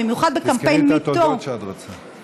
במיוחד בקמפיין Me Too. תזכרי את התודות שאת רוצה.